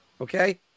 okay